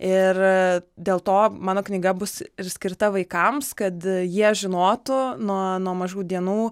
ir dėl to mano knyga bus ir skirta vaikams kad jie žinotų nuo nuo mažų dienų